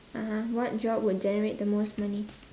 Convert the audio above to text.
(uh huh) what job would generate the most money